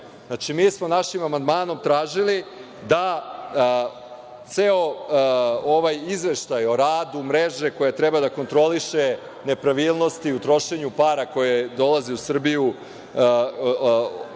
Mi smo našim amandmanom tražili da ceo ovaj izveštaj o radu mreže koja treba da kontroliše nepravilnosti u trošenju para koje dolaze u Srbiju,